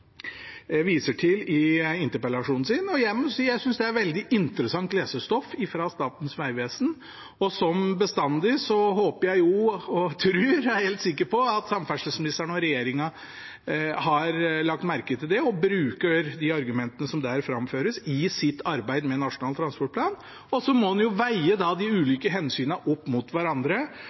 viser til i interpellasjonen, og jeg må si at jeg synes det er veldig interessant lesestoff. Som bestandig håper jeg og tror – er helt sikker på – at samferdselsministeren og regjeringen har lagt merke til det og bruker de argumentene som der framføres, i sitt arbeid med Nasjonal transportplan. Så må en veie de ulike hensynene opp mot hverandre,